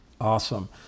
awesome